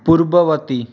ପୂର୍ବବର୍ତ୍ତୀ